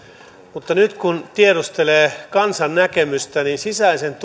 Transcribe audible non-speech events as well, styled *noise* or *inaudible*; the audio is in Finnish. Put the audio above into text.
mutta nyt kun tiedustelee kansan näkemystä niin sisäisen *unintelligible*